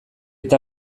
eta